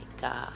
God